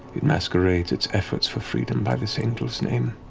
it masquerades its efforts for freedom by this angel's name.